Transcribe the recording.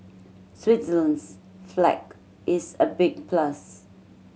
Switzerland's flag is a big plus